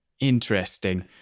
interesting